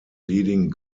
leading